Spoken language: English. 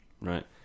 right